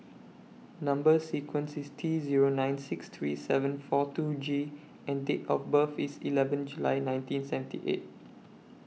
Number sequence IS T Zero nine six three seven four two G and Date of birth IS eleven July nineteen seventy eight